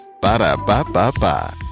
Ba-da-ba-ba-ba